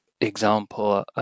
example